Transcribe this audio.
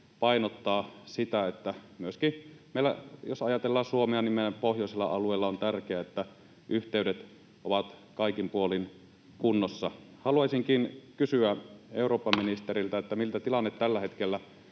painottaa sitä, että myöskin — jos ajatellaan Suomea — meidän pohjoisella alueellamme on tärkeää, että yhteydet ovat kaikin puolin kunnossa. Haluaisinkin kysyä eurooppaministeriltä: Miltä tilanne tällä hetkellä